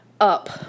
up